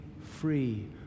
free